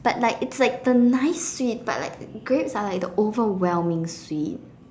but like it's like the nice sweet but like grapes are like the overwhelming sweet